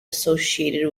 associated